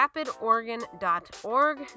rapidorgan.org